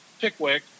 Pickwick